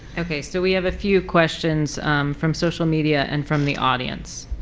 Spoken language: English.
okay, so we have a few questions from social media and from the audience.